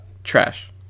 trash